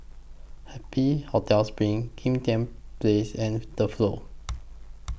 Happy Hotel SPRING Kim Tian Place and The Flow